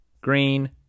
green